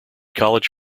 college